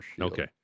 okay